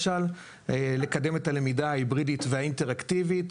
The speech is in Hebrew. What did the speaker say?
לקדם את הלמידה ההיברידית ואינטראקטיבית.